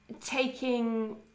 taking